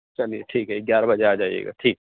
چلیے ٹھیک ہے گیارہ بجے آ جائیے گا ٹھیک